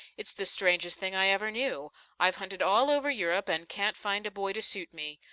it's the strangest thing i ever knew i've hunted all over europe, and can't find a boy to suit me!